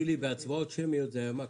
מדובר בשתי חקירות פליליות, שתיהן רחבות,